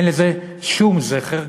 אין לזה שום זכר.